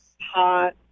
Hot